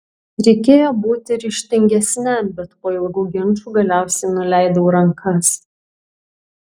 reikėjo būti ryžtingesniam bet po ilgų ginčų galiausiai nuleidau rankas